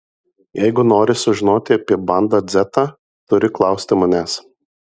jeigu nori sužinoti apie banda dzeta turi klausti manęs